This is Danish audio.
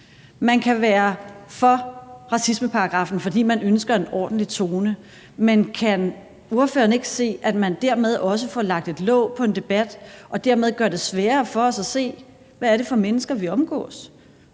Man kan være for racismeparagraffen, fordi man ønsker en ordentlig tone. Men kan ordføreren ikke se, at man dermed også får lagt et låg på en debat og dermed gør det sværere for os at se, hvad det er for mennesker, vi omgås?